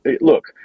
look